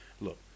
look